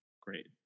great